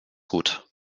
gut